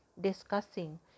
discussing